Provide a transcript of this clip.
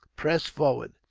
pressed forward.